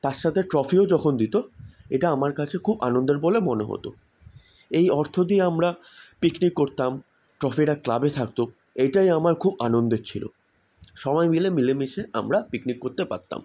তার সাথে ট্রফিও যখন দিতো এটা আমার কাছে খুব আনন্দের বলে মনে হতো এই অর্থ দিয়ে আমরা পিকনিক করতাম ট্রফিটা ক্লাবে থাকতো এটাই আমার খুব আনন্দের ছিলো সবাই মিলে মিলে মিশে আমরা পিকনিক করতে পারতাম